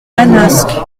manosque